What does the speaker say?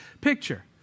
picture